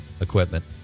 equipment